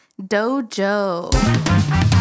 Dojo